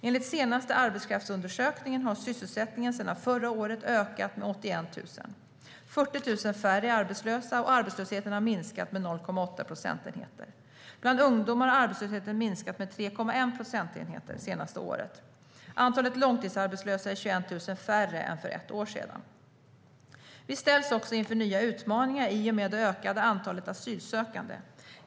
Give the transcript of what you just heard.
Enligt senaste Arbetskraftsundersökningen har sysselsättningen sedan förra året ökat med 81 000, 40 000 färre är arbetslösa och arbetslösheten har minskat med 0,8 procentenheter. Bland ungdomar har arbetslösheten minskat med 3,1 procentenheter under det senaste året. Antalet långtidsarbetslösa är 21 000 färre än för ett år sedan. Vi ställs också inför nya utmaningar i och med det ökade antalet asylsökande.